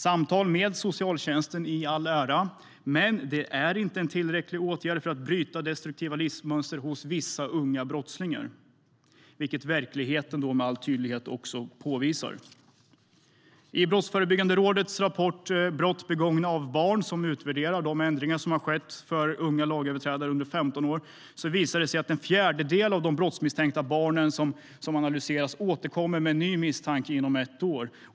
Samtal med socialtjänsten i all ära - men det är inte en tillräcklig åtgärd för att bryta destruktiva livsmönster hos vissa unga brottslingar, vilket verkligheten med all tydlighet också påvisar. I Brottsförebyggande rådets rapport Brott begångna av barn som utvärderar de ändringar som har skett för unga lagöverträdare under 15 år visar det sig att en fjärdedel av de brottsmisstänkta barnen som har analyserats återkommer med en ny misstanke inom ett år.